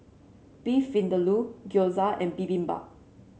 Beef Vindaloo Gyoza and Bibimbap